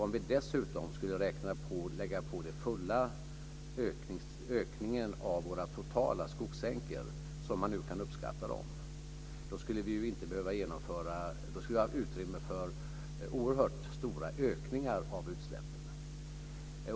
Om vi dessutom skulle lägga på den fulla ökningen av våra totala skogssänkor, som man nu kan uppskatta dem, skulle vi ha utrymme för oerhört stora ökningar av utsläppen.